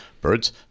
Birds